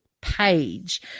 page